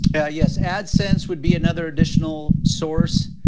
yeah ah, yes, adsense would be another additional source.